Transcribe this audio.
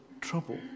trouble